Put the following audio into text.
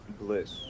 bliss